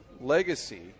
Legacy